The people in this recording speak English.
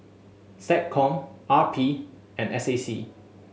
SecCom R P and S A C